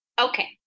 Okay